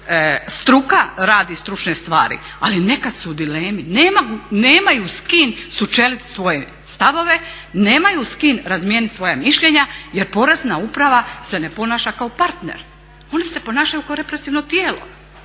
struka radi stručne stvari, ali nekad su u dilemi. Nemaju s kim sučelit svoje stavove, nemaju s kim razmijenit svoja mišljenja jer Porezna uprava se ne ponaša kao partner, oni se ponašaju kao represivno tijelo